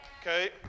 Okay